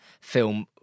film